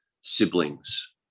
siblings